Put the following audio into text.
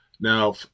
Now